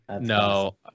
No